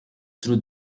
through